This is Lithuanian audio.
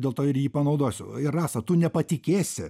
dėl to ir jį panaudosiu ir rasa tu nepatikėsi